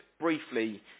briefly